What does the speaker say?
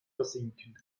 versinken